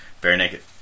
bare-naked